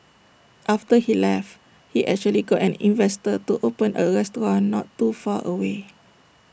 after he left he actually got an investor to open A restaurant not too far away